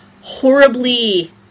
horribly